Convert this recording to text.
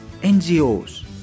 NGOs